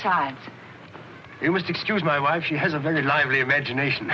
d it was excuse my wife she has a very lively imagination